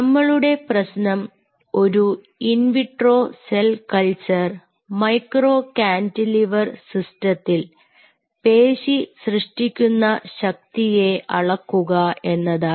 നമ്മളുടെ പ്രശ്നം ഒരു in vitro cell culture micro cantilever സിസ്റ്റത്തിൽ പേശി സൃഷ്ടിക്കുന്ന ശക്തിയെ അളക്കുക എന്നതായിരുന്നു